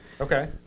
Okay